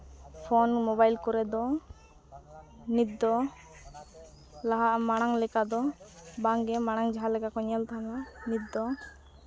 phone mobile ᱠᱚᱨᱮ ᱫᱚ ᱱᱤᱛ ᱫᱚ ᱞᱟᱦᱟ ᱢᱟᱲᱟᱝ ᱞᱮᱠᱟ ᱫᱚ ᱵᱟᱝᱜᱮ ᱢᱟᱲᱟᱝ ᱡᱟᱦᱟᱸᱞᱮᱠᱟ ᱠᱚ ᱧᱮᱞ ᱛᱟᱦᱮᱱᱟ ᱱᱤᱛ ᱫᱚ